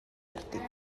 article